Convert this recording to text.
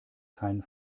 kein